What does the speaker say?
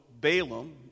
Balaam